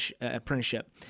apprenticeship